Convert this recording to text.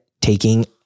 taking